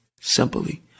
Simply